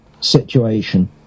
situation